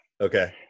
Okay